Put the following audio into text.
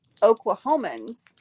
oklahomans